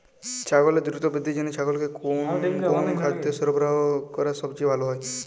ছাগলের দ্রুত বৃদ্ধির জন্য ছাগলকে কোন কোন খাদ্য সরবরাহ করা সবচেয়ে ভালো?